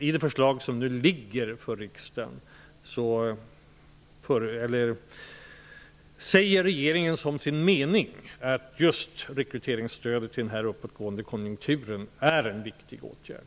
I det förslag som nu lagts fram säger regeringen som sin mening att rekryteringsstödet i den nu uppåtgående konjunkturen är en viktig åtgärd.